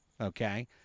Okay